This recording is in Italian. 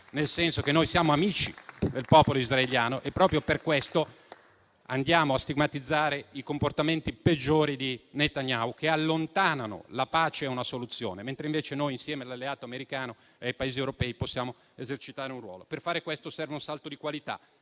nel senso che noi siamo amici del popolo israeliano e proprio per questo andiamo a stigmatizzare i comportamenti peggiori di Netanyahu che allontanano la pace e una soluzione. Invece noi, insieme all'alleato americano e ai Paesi europei, possiamo esercitare un ruolo. Per fare questo, serve un salto di qualità.